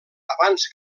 abans